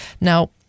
Now